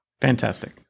fantastic